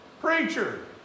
Preacher